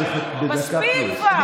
מספיק כבר.